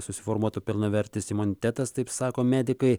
susiformuotų pilnavertis imunitetas taip sako medikai